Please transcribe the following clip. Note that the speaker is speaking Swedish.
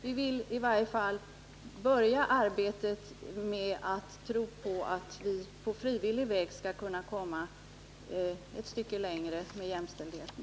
Vi vill i varje fall börja arbetet med att på frivillig väg försöka komma ett stycke längre med jämställdheten.